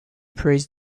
praised